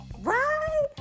right